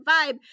vibe